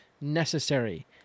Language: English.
necessary